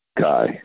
guy